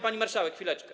Pani marszałek, chwileczkę.